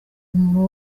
umuntu